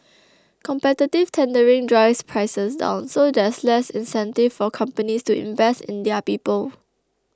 competitive tendering drives prices down so there's less incentive for companies to invest in their people